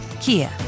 Kia